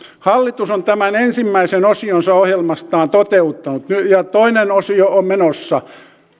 hallitus on tämän ensimmäisen osionsa ohjelmastaan toteuttanut ja toinen osio on menossa